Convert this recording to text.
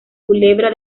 culebra